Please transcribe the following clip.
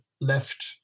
left